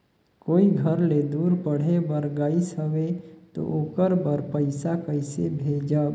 कोई घर ले दूर पढ़े बर गाईस हवे तो ओकर बर पइसा कइसे भेजब?